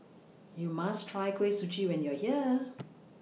YOU must Try Kuih Suji when YOU Are here